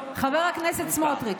חבר הכנסת סמוטריץ',